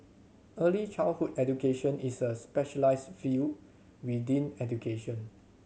early childhood education is a specialised field within education